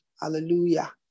Hallelujah